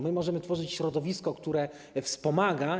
Możemy tworzyć środowisko, które wspomaga.